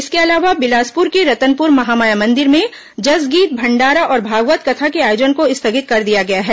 इसके अलावा बिलासपुर के रतनपुर महामाया मंदिर में जसगीत भंडारा और भागवत कथा के आयोजन को स्थगित कर दिया गया है